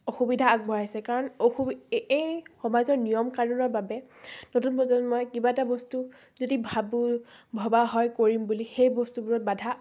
অসুবিধা আগবঢ়াইছে কাৰণ অসু এই সমাজৰ নিয়ম কাননৰ বাবে নতুন প্ৰজন্মই কিবা এটা বস্তু যদি ভাবোঁ ভবা হয় কৰিম বুলি সেই বস্তুবোৰত বাধা